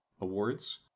awards